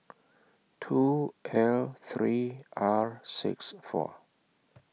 two L three R six four